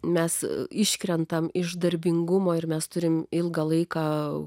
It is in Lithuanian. mes iškrentame iš darbingumo ir mes turime ilgą laiką